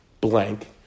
blank